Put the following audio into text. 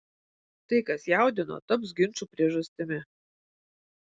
tai kas jaudino taps ginčų priežastimi